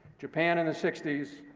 japan in the sixty s,